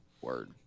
word